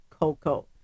Coco